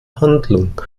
handlung